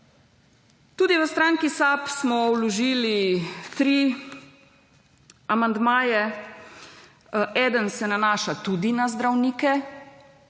Tudi v stranki SAB smo vložili tri amandmaje. Eden se nanaša tudi na zdravnike.